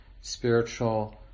spiritual